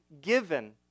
given